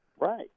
Right